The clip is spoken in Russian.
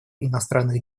иностранных